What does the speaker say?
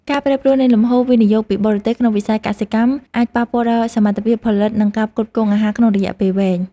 ការប្រែប្រួលនៃលំហូរវិនិយោគពីបរទេសក្នុងវិស័យកសិកម្មអាចប៉ះពាល់ដល់សមត្ថភាពផលិតនិងការផ្គត់ផ្គង់អាហារក្នុងរយៈពេលវែង។